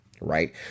right